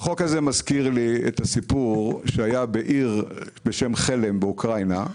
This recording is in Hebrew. החוק הזה מזכיר לי את הסיפור שהיה בעיר בשם חלם באוקראינה,